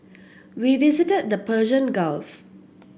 we visited the Persian Gulf